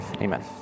amen